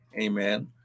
Amen